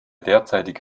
derzeitige